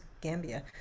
Gambia